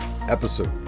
episode